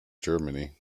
germany